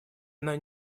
она